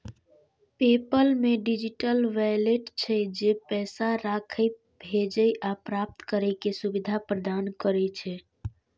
PayPal मे digital wallet छै, जे पैसा राखै, भेजै आ प्राप्त करै के सुविधा प्रदान करै छै